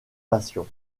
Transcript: passion